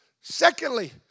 secondly